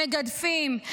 מגדפים,